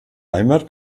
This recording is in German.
heimat